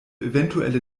eventuelle